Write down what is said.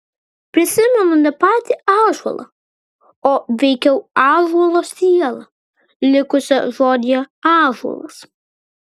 prisimenu ne patį ąžuolą o veikiau ąžuolo sielą likusią žodyje ąžuolas